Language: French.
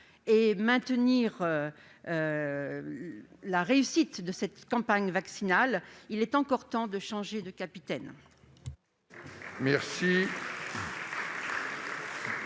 le cap de la réussite pour la campagne vaccinale, il est encore temps de changer de capitaine